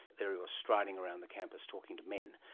there he was striding around the campus talking to men,